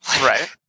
Right